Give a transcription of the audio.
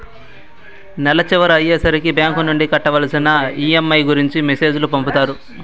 నెల చివర అయ్యే సరికి బ్యాంక్ నుండి కట్టవలసిన ఈ.ఎం.ఐ గురించి మెసేజ్ లు పంపుతారు